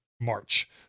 March